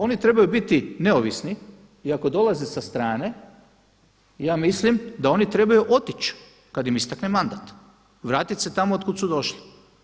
Oni trebaju biti neovisni i ako dolaze sa strane, ja mislim da oni trebaju otić kada im istekne mandat, vratit se tamo od kud su došli.